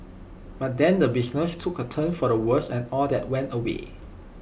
but then the business took A turn for the worse and all that went away